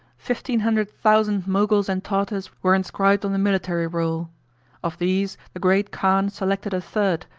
fifteen hundred thousand moguls and tartars were inscribed on the military roll of these the great khan selected a third,